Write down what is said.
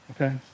Okay